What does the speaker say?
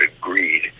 greed